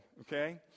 okay